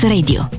Radio